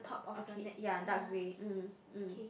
okay ya dark grey mm mm